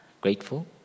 grateful